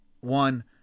One